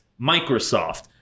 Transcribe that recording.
Microsoft